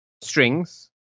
strings